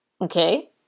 Okay